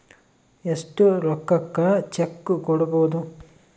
ಎಷ್ಟು ರೊಕ್ಕಕ ಚೆಕ್ಕು ಕೊಡುಬೊದು